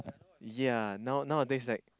yea now nowadays like